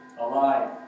alive